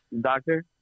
Doctor